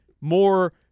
more